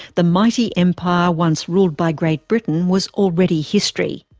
the mighty empire once ruled by great britain was already history.